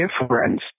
difference